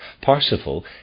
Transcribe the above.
Parsifal